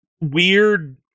weird